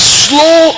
slow